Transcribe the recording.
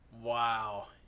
Wow